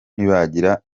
ntibagira